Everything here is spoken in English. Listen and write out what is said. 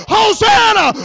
Hosanna